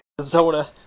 Arizona